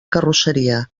carrosseria